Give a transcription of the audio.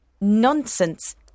Nonsense